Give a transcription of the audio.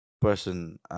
person